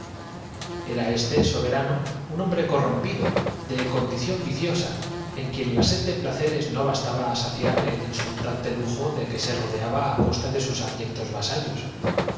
era este soberano un hombre corrompido de con los interlocutores que para dar una idea de ambos dición viciosa en quien la sed de placeres no bastaba haremos un resumen de lo que el historiador cantú y á saciar el insultante lujo de que se rodeaba á costa otros sinólogos cuentan sobre el particular advirtien de sus abyectos